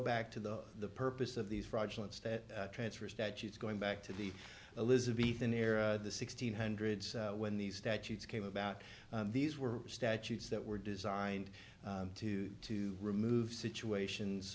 back to the the purpose of these fraudulent stat transfer statutes going back to the elizabeth an era sixteen hundreds when these statutes came about these were statutes that were designed to to remove situations